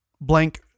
blank